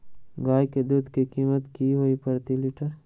गाय के दूध के कीमत की हई प्रति लिटर?